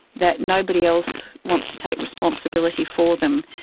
that nobody else wants to take responsibility for them.